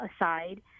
aside